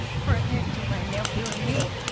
pertinent to my nephew and me.